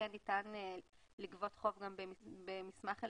אכן ניתן לגבות חוב גם במסמך אלקטרוני.